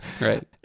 Right